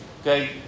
Okay